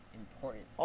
important